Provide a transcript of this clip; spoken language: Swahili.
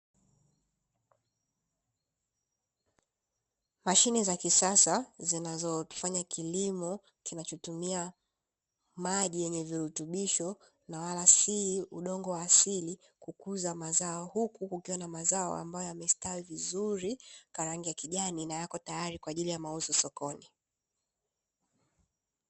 Mashine za kisasa zinazofanya kilimo kinachotumia maji yenye virutubisho na Wala si udongo wa asili kukuza mazao, huku kukiwa na mazao ambayo yamestawi vizuri kwa rangi ya kijani na yako tayari kwaajili ya mauzo sokoni.